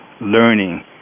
learning